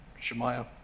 Shemaiah